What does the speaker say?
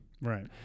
right